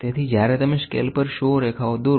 તેથી જ્યારે તમે સ્કેલ પર 100 રેખાઓ દોરો